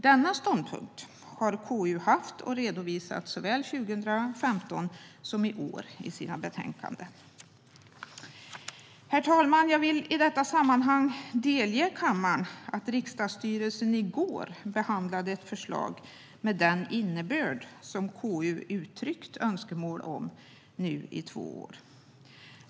Denna ståndpunkt har konstitutionsutskottet haft och redovisat såväl 2015 som i år i sina betänkanden. Herr talman! Jag vill i detta sammanhang delge kammaren att riksdagsstyrelsen i går behandlade ett förslag med den innebörd som konstitutionsutskottet har uttryckt önskemål om i två år.